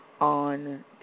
on